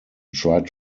tried